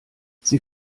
sie